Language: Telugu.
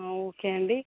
ఓకే అండి